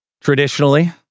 traditionally